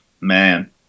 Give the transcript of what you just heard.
man